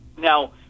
Now